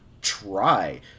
try